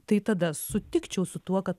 tai tada sutikčiau su tuo kad